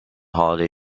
holiday